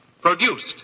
produced